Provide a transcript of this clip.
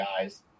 guys